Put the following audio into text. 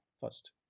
first